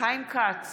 חיים כץ,